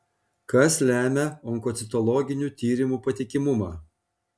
kas lemia onkocitologinių tyrimų patikimumą